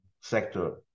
sector